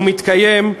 הוא מתקיים.